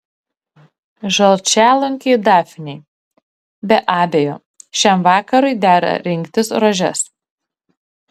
žalčialunkiai dafnei be abejo šiam vakarui dera rinktis rožes